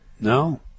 No